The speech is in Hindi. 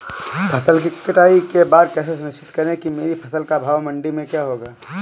फसल की कटाई के बाद कैसे सुनिश्चित करें कि मेरी फसल का भाव मंडी में क्या होगा?